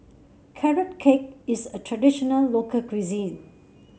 Carrot Cake is a traditional local cuisine